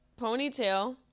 ponytail